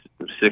six